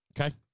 Okay